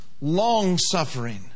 long-suffering